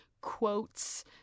Quotes